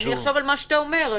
אחשוב על מה שאתה אומר.